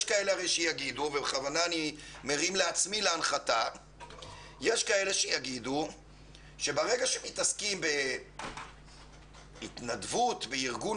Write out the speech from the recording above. יש כאלה שיגידו שברגע שמתעסקים בהתנדבות בארגון